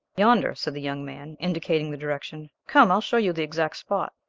yonder, said the young man, indicating the direction come, i will show you the exact spot.